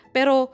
Pero